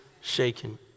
shaken